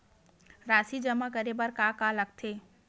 राशि जमा करे बर का का लगथे?